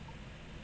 (uh huh)